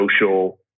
social